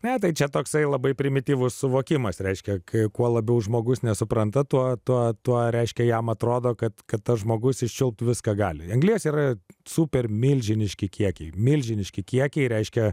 metai čia toksai labai primityvus suvokimas reiškia kai kuo labiau žmogus nesupranta tuo reiškia jam atrodo kad kad tas žmogus iščiulpti viską gali anglies yra super milžiniški kiekiai milžiniški kiekiai reiškia